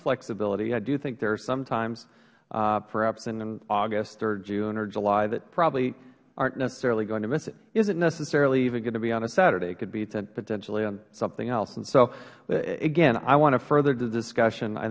flexibility i do think there is sometimes perhaps in august or june or july that probably arent necessarily going to miss it isnt necessarily even going to be on a saturday it could be potentially on something else so again i want to further the discussion i